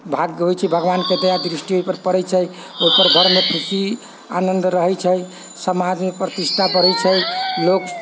भाग्य होइत छै भगवानके दयादृष्टि ओहिपर पड़ैत छै ओहिपर घरमे खुशी आनन्द रहैत छै समाजमे प्रतिष्ठा बढ़ैत छै लोक